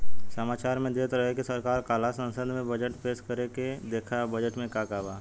सामाचार में देत रहे की सरकार काल्ह संसद में बजट पेस करी अब देखऽ बजट में का बा